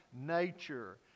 nature